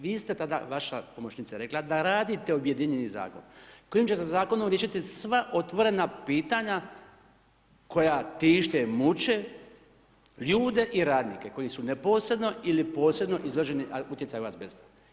Vi ste tada, vaša pomoćnica je rekla da radite objedinjeni zakon kojim ćete zakonom riješiti sva otvorena pitanja koja tište, muče ljude fi radnike koji su neposredno ili posredno izloženi utjecaju azbesta.